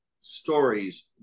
stories